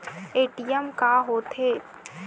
ATM का होथे?